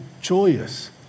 joyous